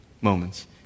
moments